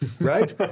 right